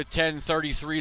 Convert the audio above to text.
10.33